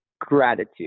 gratitude